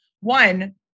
One